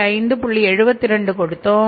72 கொடுத்தோம்